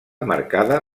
marcada